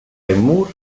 jmur